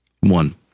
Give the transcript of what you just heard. One